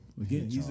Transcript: Again